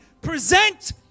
Present